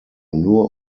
nur